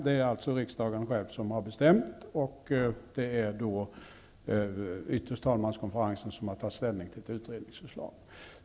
Det är riksdagen själv som har bestämt det, och det är ytterst talmanskonferensen som tagit ställning till ett utredningsförslag.